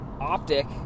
Optic